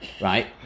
right